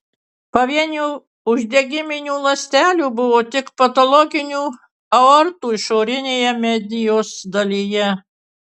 pavienių uždegiminių ląstelių buvo tik patologinių aortų išorinėje medijos dalyje